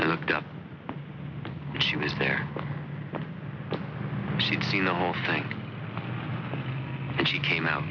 looked up she was there she'd seen the whole thing and she came out